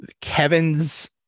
Kevin's